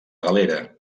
galera